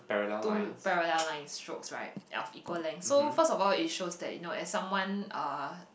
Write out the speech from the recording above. two parallel line strokes right of equal length so first of all it shows that you know as someone uh